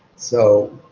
so